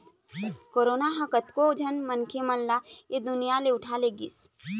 corona ह कतको झन मनखे मन ल ऐ दुनिया ले उठा लेगिस